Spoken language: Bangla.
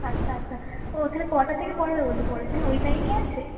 আচ্ছা আচ্ছা ও তাহলে কটা থেকে পড়াবে বললো পরের দিন ওই টাইমেই আসবে